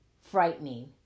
frightening